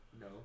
No